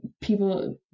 people